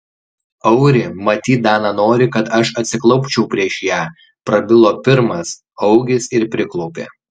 auri matyt dana nori kad aš atsiklaupčiau prieš ją prabilo pirmas augis ir priklaupė